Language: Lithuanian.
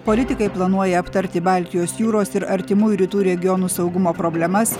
politikai planuoja aptarti baltijos jūros ir artimųjų rytų regionų saugumo problemas